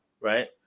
right